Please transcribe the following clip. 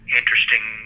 interesting